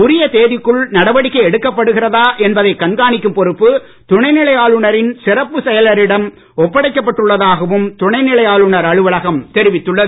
உரிய தேதிக்குள் நடவடிக்கை எடுக்கப்படுகிறதா என்பதை கண்காணிக்கும் பொறுப்பு துணைநிலை ஆளுநரின் சிறப்பு செயலரிடம் ஒப்படைக்கப் பட்டுள்ளதாகவும் துணைநிலை ஆளுநர் அலுவலகம் தெரிவித்துள்ளது